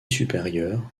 supérieure